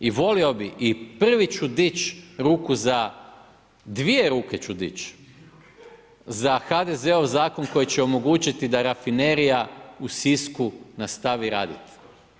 I volio bih i prvi ću dić ruku za, dvije ruke ću dić, za HDZ-ov zakon koji će omogućiti da rafinerija u Sisku nastavi raditi.